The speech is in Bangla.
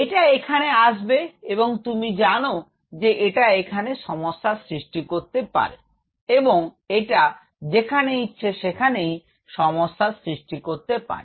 এটা এখানে আসবে এবং তুমি জান যে এটা এখানে সমস্যার সৃষ্টি করতে পারে এবং এটা যেখানে ইচ্ছে সেখানেই সমস্যার সৃষ্টি করতে পারে